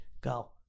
Go